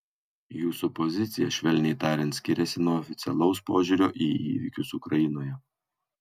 jūsų pozicija švelniai tariant skiriasi nuo oficialaus požiūrio į įvykius ukrainoje